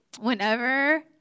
Whenever